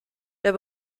der